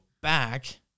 back